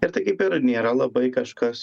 ir tai kaip ir nėra labai kažkas